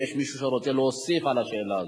האם יש מישהו שרוצה להוסיף על השאלה הזאת?